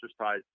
exercise